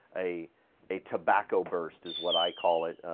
a a tobacco burst is what i call it.